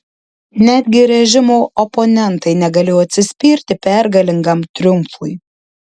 netgi režimo oponentai negalėjo atsispirti pergalingam triumfui